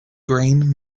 green